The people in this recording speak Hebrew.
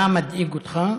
מה מדאיג אותך?